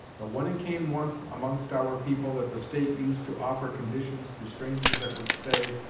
but when it came once amongst our people that the state used to offer conditions to strangers that would stay,